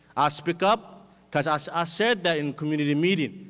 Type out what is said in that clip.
i speak up because i so ah said that in community meeting,